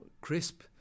crisp